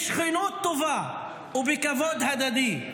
בשכנות טובה ובכבוד הדדי.